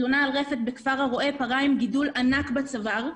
תלונה על רפת בכפר הרא"ה לגבי פרה עם גידול ענק בצוואר.